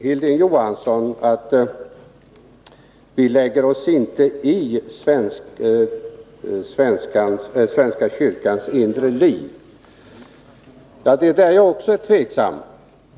Hilding Johansson säger: Vi lägger oss inte i svenska kyrkans inre liv. Ja, det är där som jag är tveksam.